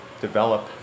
develop